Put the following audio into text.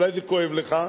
אולי זה כואב לך,